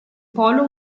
polo